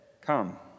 come